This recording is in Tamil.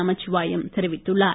நமச்சிவாயம் தெரிவித்துள்ளார்